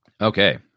Okay